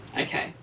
okay